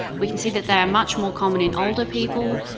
we can see that they are much more common in older people,